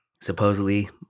Supposedly